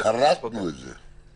כרתנו את זה.